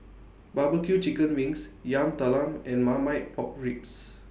Barbecue Chicken Wings Yam Talam and Marmite Pork Ribs